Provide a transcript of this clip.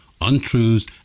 untruths